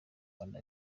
rwanda